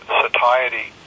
satiety